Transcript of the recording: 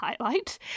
highlight